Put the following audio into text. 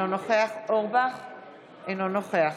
אינו נוכח ניר אורבך, אינו נוכח